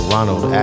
Ronald